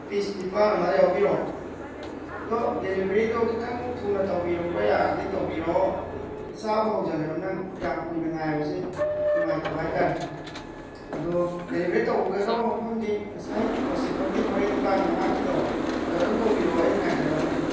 piece ꯅꯤꯄꯥꯜ ꯑꯃ ꯌꯥꯎꯕꯤꯔꯛꯑꯣ ꯑꯗꯣ ꯗꯦꯂꯤꯕꯔꯤꯗꯣ ꯈꯤꯇꯪ ꯊꯨꯅ ꯇꯧꯕꯤꯔꯛꯄ ꯌꯥꯔꯗꯤ ꯇꯧꯕꯤꯔꯛꯑꯣ ꯆꯥꯕ ꯍꯧꯖꯤꯜꯂꯨꯔꯕꯅꯤꯅ ꯀꯌꯥꯝ ꯀꯨꯏꯅ ꯉꯥꯏꯕꯁꯤ ꯅꯨꯡꯉꯥꯏꯇꯕ ꯍꯥꯏꯇꯥꯔꯦ ꯑꯗꯣ ꯗꯦꯂꯤꯕꯔꯤ ꯇꯧꯒꯗꯕ ꯃꯐꯝꯗꯤ ꯉꯁꯥꯏ ꯋꯥꯁꯤꯐ ꯈꯣꯏꯒꯤ ꯃꯣꯔꯦ ꯗꯨꯀꯥꯟ ꯃꯅꯥꯛꯀꯤꯗꯣ ꯑꯗ ꯑꯗꯨꯝ ꯇꯧꯕꯤꯔꯛꯑꯣ ꯑꯩ ꯉꯥꯏꯖꯔꯝꯃꯒꯦ